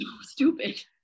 stupid